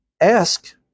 ask